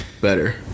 Better